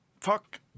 Fuck